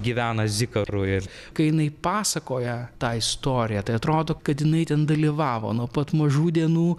gyvena zikaru ir kai jinai pasakoja tą istoriją tai atrodo kad jinai ten dalyvavo nuo pat mažų dienų